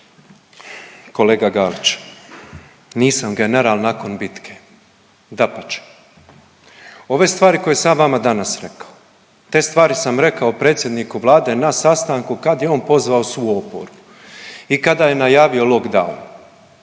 Kolega Galić nisam general nakon bitke, dapače ove stvari koje sam ja vama danas rekao, te stvari sam rekao predsjedniku Vlade na sastanku kad je on pozvao svu oporbu i kada je najavio lockdown.